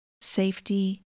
safety